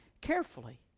carefully